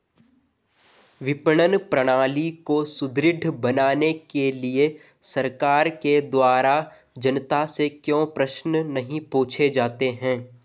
विपणन प्रणाली को सुदृढ़ बनाने के लिए सरकार के द्वारा जनता से क्यों प्रश्न नहीं पूछे जाते हैं?